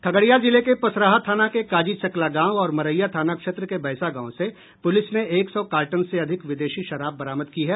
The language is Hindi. खगड़िया जिले के पसराहा थाना के काजी चकला गांव और मरैया थाना क्षेत्र के बैसा गांव से पुलिस ने एक सौ कार्टन से अधिक विदेशी शराब बरामद की है